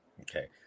okay